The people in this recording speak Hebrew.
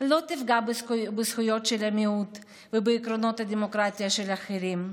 לא תפגע בזכויות של המיעוט ובעקרונות הדמוקרטיה של אחרים.